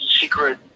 secret